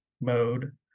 mode